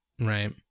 Right